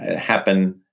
happen